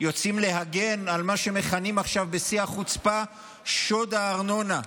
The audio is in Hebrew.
יוצאים להגן על מה שמכנים עכשיו בשיא החוצפה "שוד הארנונה",